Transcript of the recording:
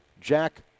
Jack